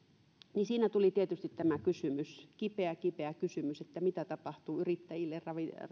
niin siinä tuli tietysti tämä kysymys kipeä kipeä kysymys että mitä tapahtuu yrittäjille